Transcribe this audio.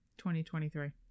2023